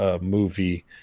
Movie